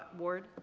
ward,